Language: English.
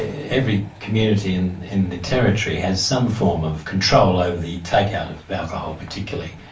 every community in in the territory has some form of control over the take-out of alcohol, particularly.